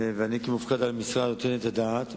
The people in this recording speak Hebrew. ואני כמופקד על המשרד נותן את הדעת,